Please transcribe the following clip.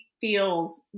feels